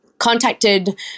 Contacted